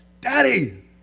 Daddy